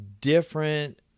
different